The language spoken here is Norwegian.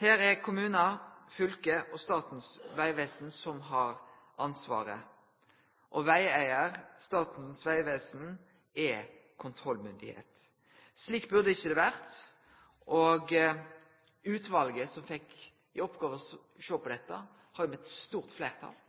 Her er det kommunar, fylket og Statens vegvesen som har ansvaret, og vegeigar, Statens vegvesen, er kontrollmyndigheit. Slik burde det ikkje vere. Utvalet som fekk i oppgåve å sjå på dette, har med stort fleirtal